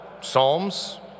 Psalms